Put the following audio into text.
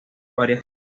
varias